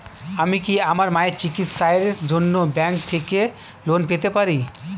আমি কি আমার মায়ের চিকিত্সায়ের জন্য ব্যঙ্ক থেকে লোন পেতে পারি?